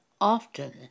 often